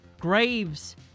graves